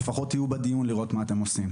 לפחות תהיו בדיון לראות מה אתם עושים.